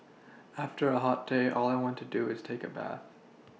after a hot day all I want to do is take a bath